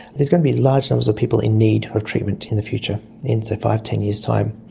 there's going to be large numbers of people in need of treatment in the future in, say, five, ten years time.